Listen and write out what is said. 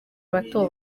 bato